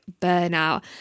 burnout